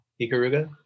Ikaruga